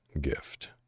gift